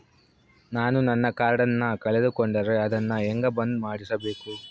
ನಾನು ನನ್ನ ಕಾರ್ಡನ್ನ ಕಳೆದುಕೊಂಡರೆ ಅದನ್ನ ಹೆಂಗ ಬಂದ್ ಮಾಡಿಸಬೇಕು?